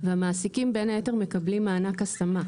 והמעסיקים בין היתר מקבלים מענק השמה,